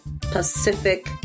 Pacific